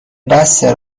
بسته